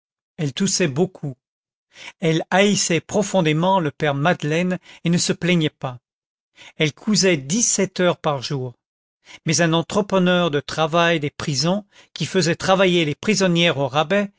elle toussait beaucoup elle haïssait profondément le père madeleine et ne se plaignait pas elle cousait dix-sept heures par jour mais un entrepreneur du travail des prisons qui faisait travailler les prisonnières au rabais